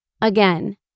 Again